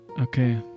Okay